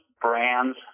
brands